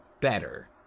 better